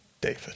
David